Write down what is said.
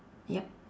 yup